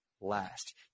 last